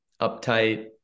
uptight